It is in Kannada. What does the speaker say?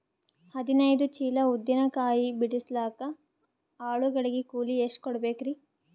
ಹದಿನೈದು ಚೀಲ ಉದ್ದಿನ ಕಾಯಿ ಬಿಡಸಲಿಕ ಆಳು ಗಳಿಗೆ ಕೂಲಿ ಎಷ್ಟು ಕೂಡಬೆಕರೀ?